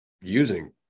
using